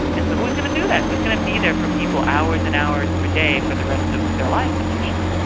and so who's going to do that, who's to be there for people hours and hours per day, for the rest of their life potentially?